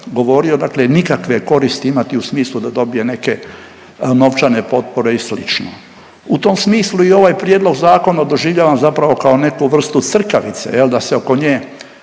govorio nikakve koristi imati u smislu da dobije neke novčane potpore i slično. U tom smislu i ovaj prijedlog zakona doživljavam zapravo kao neku vrstu crkavice jel da se oko nje